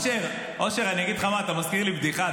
אושר, אושר, אני אגיד לך מה, אתה מזכיר לי בדיחה.